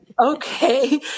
Okay